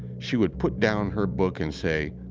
she would put down her book and say,